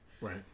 Right